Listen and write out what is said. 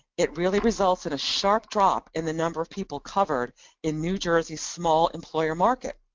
it really results in a sharp drop in the number of people covered in new jersey's small employee market.